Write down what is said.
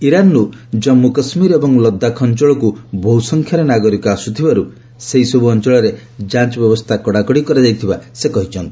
ଇରାନରୁ ଜାନ୍ଗୁ କାଶ୍ମୀର ଏବଂ ଲଦାଖ ଅଞ୍ଚଳକୁ ବହୁସଂଖ୍ୟାରେ ନାଗରିକ ଆସୁଥିବାରୁ ସେହିସବୁ ଅଞ୍ଚଳରେ ଯାଞ୍ଚ ବ୍ୟବସ୍ଥା କଡ଼ାକଡ଼ି କରାଯାଇଥିବା ସେ କହିଛନ୍ତି